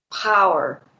power